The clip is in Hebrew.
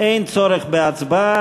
אין צורך בהצבעה.